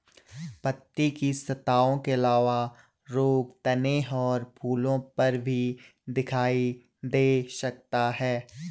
पत्ती की सतहों के अलावा रोग तने और फूलों पर भी दिखाई दे सकता है